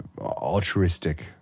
altruistic